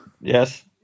Yes